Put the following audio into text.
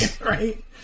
Right